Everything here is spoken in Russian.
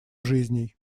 жизней